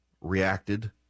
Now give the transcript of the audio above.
reacted